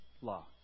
Law